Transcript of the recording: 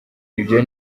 ibyo